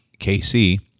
KC